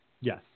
Yes